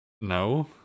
No